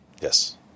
Yes